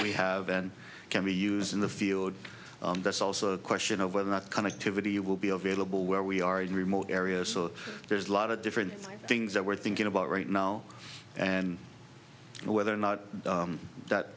we have and can we use in the field that's also a question of whether or not connectivity will be available where we are in remote areas so there's a lot of different things that we're thinking about right now and whether or not that